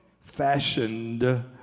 fashioned